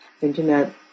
internet